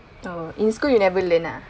oh in school you never learn ah